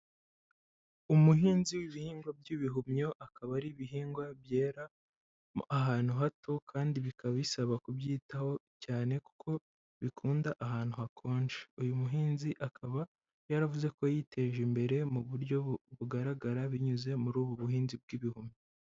Umuhinzi w'ibihingwa by'ibihumyo, akaba ari ibihingwa byera ahantu hato kandi bikaba bisaba kubyitaho cyane kuko bikunda ahantu hakonje. Uyu muhinzi akaba yaravuze ko yiteje imbere mu buryo bugaragara binyuze muri ubu buhinzi bw'ibihumyo.